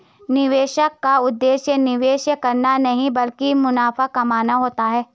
निवेशक का उद्देश्य निवेश करना नहीं ब्लकि मुनाफा कमाना होता है